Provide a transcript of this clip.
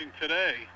today